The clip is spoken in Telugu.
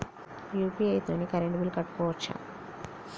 యూ.పీ.ఐ తోని కరెంట్ బిల్ కట్టుకోవచ్ఛా?